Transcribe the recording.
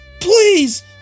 Please